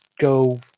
go